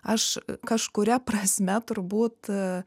aš kažkuria prasme turbūt